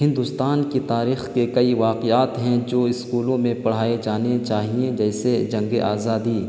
ہندوستان کی تاریخ کے کئی واقعات ہیں جو اسکولوں میں پڑھائے جانے چاہیے جیسے جنگ آزادی